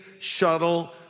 Shuttle